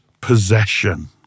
possession